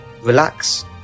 relax